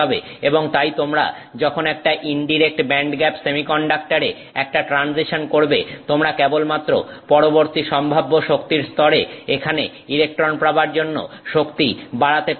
এবং তাই তোমরা যখন একটা ইনডিরেক্ট ব্যান্ডগ্যাপ সেমিকন্ডাক্টরে একটা ট্রানজিশন করবে তোমরা কেবলমাত্র পরবর্তী সম্ভাব্য শক্তির স্তরে এখানে ইলেকট্রন পাবার জন্য শক্তি বাড়াতে পারবে না